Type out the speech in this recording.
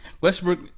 Westbrook